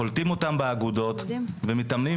קולטים אותם באגודות והיום מתאמנים